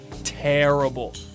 terrible